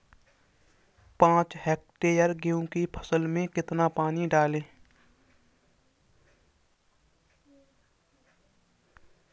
पाँच हेक्टेयर गेहूँ की फसल में कितना पानी डालें?